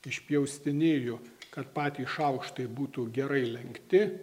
išpjaustinėju kad patys šaukštai būtų gerai lenkti